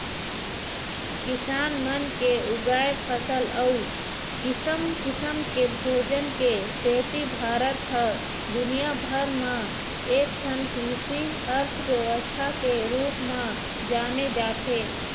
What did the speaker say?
किसान मन के उगाए फसल अउ किसम किसम के भोजन के सेती भारत ह दुनिया भर म एकठन कृषि अर्थबेवस्था के रूप म जाने जाथे